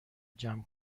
جمع